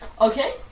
Okay